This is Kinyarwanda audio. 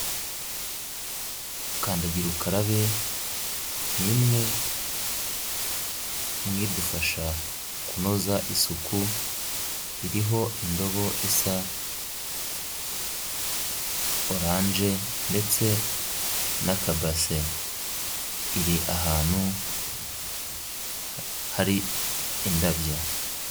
Kandagira ukarabe ni imwe mu idufasha kunoza isuku, iriho indobo isa oranje ndetse na kabase, iri ahantu hari indabyo.